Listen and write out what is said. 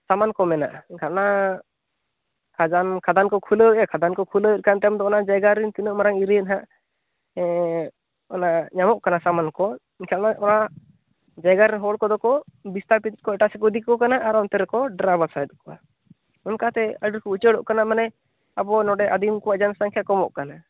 ᱥᱟᱢᱟᱱ ᱠᱚ ᱢᱮᱱᱟᱜᱼᱟ ᱮᱱᱠᱷᱟᱱ ᱚᱱᱟ ᱠᱷᱟᱫᱟᱱ ᱠᱷᱟᱫᱟᱱ ᱠᱚ ᱠᱷᱩᱞᱟᱹᱣ ᱮᱫᱼᱟ ᱠᱷᱟᱫᱟᱱ ᱠᱚ ᱠᱷᱩᱞᱟᱹᱣ ᱮᱫᱟ ᱠᱷᱟᱱ ᱛᱟᱭᱚᱢ ᱫᱚ ᱚᱱᱟ ᱡᱟᱭᱜᱟ ᱨᱮᱱ ᱛᱤᱱᱟᱹᱜ ᱢᱟᱨᱟᱝ ᱮᱨᱤᱭᱟ ᱱᱟᱦᱟᱜ ᱚᱱᱟ ᱧᱟᱢᱚᱜ ᱠᱟᱱᱟ ᱥᱟᱢᱟᱱ ᱠᱚ ᱮᱱᱠᱷᱟᱱ ᱚᱱᱟ ᱡᱟᱭᱜᱟ ᱨᱮᱱ ᱦᱚᱲ ᱠᱚᱫᱚ ᱠᱚ ᱵᱤᱥᱛᱟᱯᱤᱛ ᱮᱴᱟᱜ ᱥᱮᱫᱠᱚ ᱤᱫᱤ ᱠᱟᱠᱚ ᱠᱟᱱᱟ ᱟᱨ ᱚᱱᱛᱮ ᱨᱮᱠᱚ ᱰᱮᱨᱟ ᱵᱟᱥᱟᱭᱮᱫ ᱠᱚᱣᱟ ᱚᱱᱠᱟ ᱛᱮ ᱟᱹᱰᱤ ᱰᱷᱮᱨ ᱠᱚ ᱩᱪᱟᱹᱲᱚᱜ ᱠᱟᱱᱟ ᱢᱟᱱᱮ ᱟᱵᱚ ᱱᱚᱸᱰᱮ ᱟᱹᱫᱤᱢ ᱠᱚᱣᱟᱜ ᱡᱚᱱᱚᱥᱚᱝᱠᱷᱟ ᱠᱚᱢᱚᱜ ᱠᱟᱱᱟ